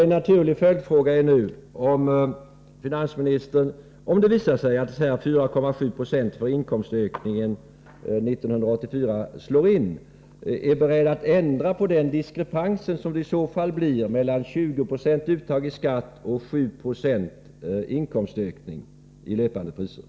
En naturlig följdfråga blir då: Om det visar sig att beräkningen om en inkomstökning på 4,7 20 för 1984 slår in, är finansministern då beredd att ändra den diskrepans i löpande priser som i så fall uppstår mellan den 20-procentiga ökningen av skatteuttaget och inkomstökningen med 7 96?